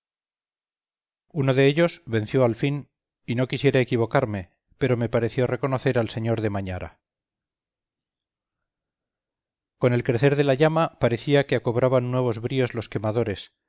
uno de ellos venció al fin y no quisiera equivocarme pero me pareció reconocer al señor de mañara con el crecer de la llama parecía que cobraban nuevos bríos los quemadores